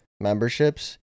memberships